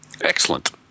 excellent